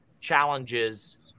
challenges